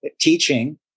teaching